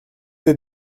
êtes